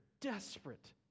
desperate